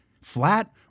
flat